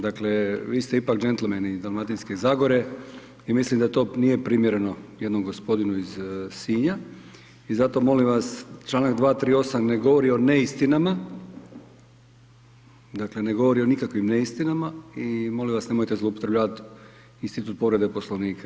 Dakle, vi ste ipak đentlmen iz Dalmatinske zagore i mislim da to nije primjereno jednom gospodinu iz Sinja i zato molim vas Članak 238. ne govori o neistinama, dakle ne govori o nikakvim neistinama i molim vas nemojte zloupotrebljavat institut povrede Poslovnika.